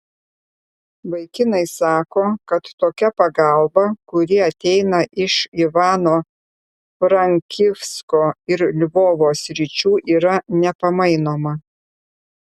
vaikinai sako kad tokia pagalba kuri ateina iš ivano frankivsko ir lvovo sričių yra nepamainoma